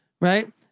Right